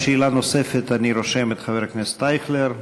לשאלה נוספת אני רושם את חבר הכנסת אייכלר.